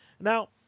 Now